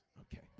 Okay